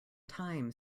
time